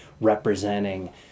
representing